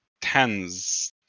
tens